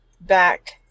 back